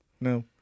No